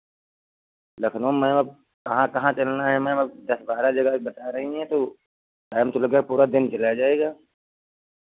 लखनऊ में मैम अब कहाँ कहाँ चलना है मैम अब दस बारह जगह अभी बता रही हैं तो टाइम तो लगेगा पूरा दिन चला जाएगा